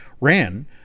ran